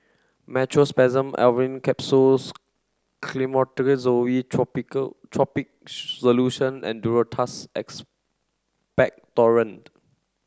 Meteospasmyl Alverine Capsules topical solution and Duro Tuss Expectorant